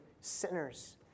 sinners